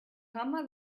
gamma